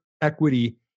equity